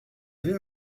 avez